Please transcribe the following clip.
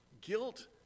guilt